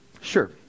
Sure